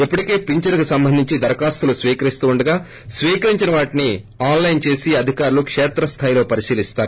ఇప్పటికే ఫించనుకు సంబంధించి దరఖాస్తులు స్పీకరిస్తుండగా స్పీకరించిన వాటిని ఆస్ లైన్ చేసి అధికారులు కేత్రస్థాయిలో పరిశీలిస్తారు